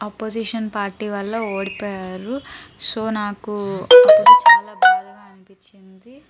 opposition party వల్ల ఓడిపోయారు so నాకు అప్పుడు చాలా బాధగా అనిపించింది